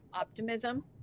optimism